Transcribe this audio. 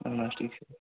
اہن حظ ٹھیٖک چھِ